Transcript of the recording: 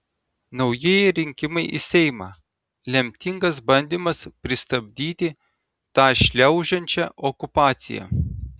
naujieji rinkimai į seimą lemtingas bandymas pristabdyti tą šliaužiančią okupaciją